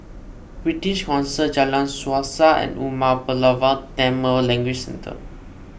British Council Jalan Suasa and Umar Pulavar Tamil Language Centre